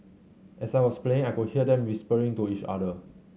as I was playing I could hear them whispering to each other